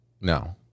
No